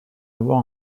avoir